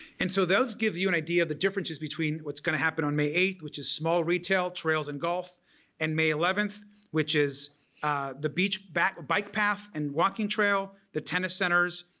and so those gives you an idea of the differences between what's going to happen on may eighth which is small retail, trails, and golf and may eleventh which is the beach back bike paths and walking trail, the tennis centers,